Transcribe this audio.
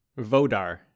vodar